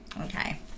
Okay